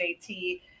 JT